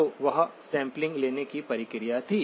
तो वह सैंपलिंग लेने की प्रक्रिया थी